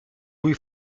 cui